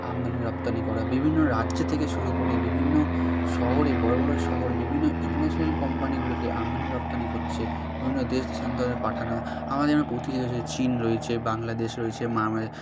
আমদানি রপ্তানি করা বিভিন্ন রাজ্য থেকে শুরু করে বিভিন্ন শহরে বড় বড় শহর বিভিন্ন ইন্টারন্যাশানাল কোম্পানিগুলোকে আমদানি রপ্তানি করছে বিভিন্ন দেশ দেশান্তরে পাঠানো আমাদের যেমন প্রতিবেশী চিন রয়েছে বাংলাদেশ রয়েছে মায়ামার